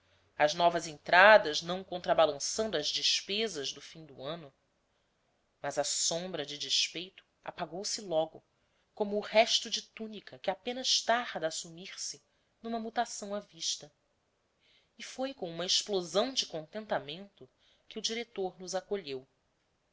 as novas entradas não contrabalançando